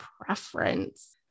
preference